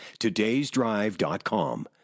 todaysdrive.com